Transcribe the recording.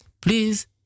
Please